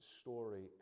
story